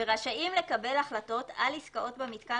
ורשאים לקבל החלטות על עסקאות במתקן